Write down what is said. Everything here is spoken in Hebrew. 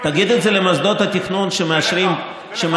תגיד את זה למוסדות התכנון, שמאשרים, ולך, ולך.